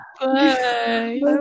Bye